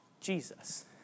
Jesus